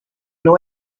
know